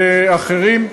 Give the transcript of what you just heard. ואחרים,